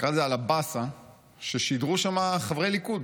נקרא לזה על הבאסה ששידרו שם חברי ליכוד